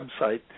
website